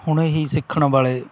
ਹੁਣੇ ਹੀ ਸਿੱਖਣ ਵਾਲੇ